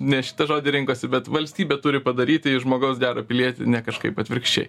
ne šitą žodį rinkosi bet valstybė turi padaryti iš žmogaus gerą pilietį ne kažkaip atvirkščiai